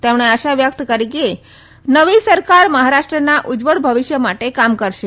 તેમણે આશા વ્યકત કરી કે નવી સરકાર મહારાષ્ટ્રના ઉજજવળ ભવિષ્ય માટે કામ કરશે